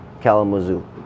Kalamazoo